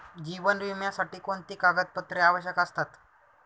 जीवन विम्यासाठी कोणती कागदपत्रे आवश्यक असतात?